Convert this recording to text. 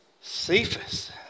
Cephas